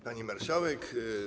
Pani Marszałek!